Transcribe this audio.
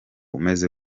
umeze